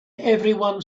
everyone